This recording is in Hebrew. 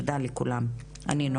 תודה לכולם, אני נועלת את הישיבה.